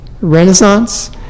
Renaissance